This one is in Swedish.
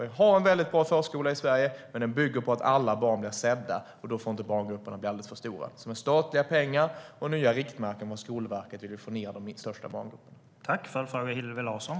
Vi har en mycket bra förskola i Sverige. Men den bygger på att alla barn blir sedda, och då får barngrupperna bli alldeles för stora. Med statliga pengar och nya riktmärken från Skolverket vill vi minska de största barngrupperna.